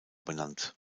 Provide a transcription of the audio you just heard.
benannt